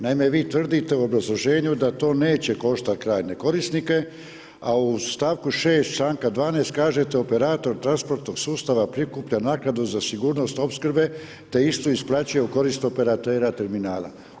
Naime, vi tvrdite u obrazloženju da to neće koštat krajnje korisnike, a uz st. 6., čl. 12. kažete, operator transportnog sustava prikuplja naknadu za sigurnost opskrbe, te istu isplaćuje u korist operatera terminala.